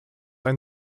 ein